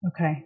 Okay